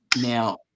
Now